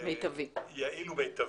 יעיל ומיטבי.